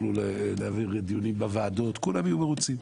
יוכלו להעביר דיונים בוועדות, כולם יהיו מרוצים,